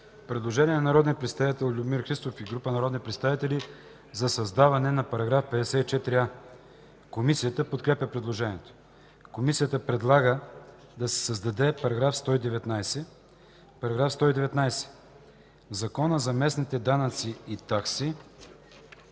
Предложение на народния представител Любомир Христов и група народни представители за създаване на § 54а. Комисията подкрепя предложението. Комисията предлага да се създаде § 119: „§ 119. В Закона за местните данъци и такси